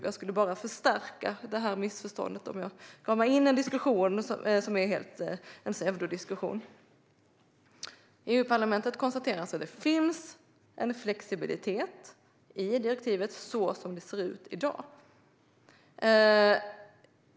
Jag skulle bara förstärka missförståndet om jag gav mig in i en sådan pseudodiskussion. EU-parlamentet konstaterar alltså att det finns en flexibilitet i direktivet som det ser ut i dag.